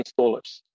installers